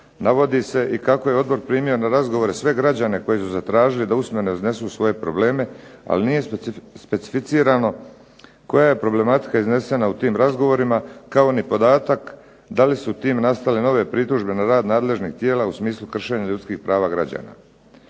Navodi se i kako je odbor primio na razgovore sve građane koji su zatražili da usmeno iznesu svoje probleme, ali nije specificirano koja je problematika iznesena u tim razgovorima kao ni podatak da li su tim nastale nove pritužbe na rad nadležnih tijela u smislu kršenja ljudskih prava građana.